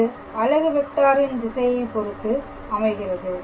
இது அலகு வெக்டாரின் திசையைப் பொறுத்து அமைகிறது